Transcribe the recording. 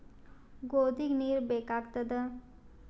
ಗೋಧಿಗ ನೀರ್ ಬೇಕಾಗತದ?